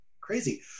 crazy